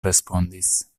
respondis